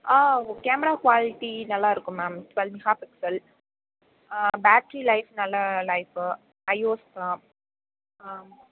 ஆ camera quality நல்லாயிருக்கும் ma'am twelve mega pixel battery life நல்லா life ஐஓஸ்க்கெலாம் ஆ